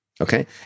Okay